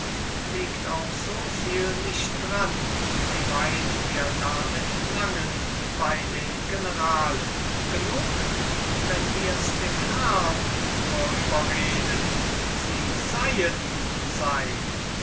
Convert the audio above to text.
liegt auch so viel nicht dran wie weit wir damit langen bei den generalen genug wenn wirs dem herrn nur überreden sie seien sein